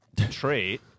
trait